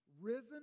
risen